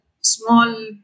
small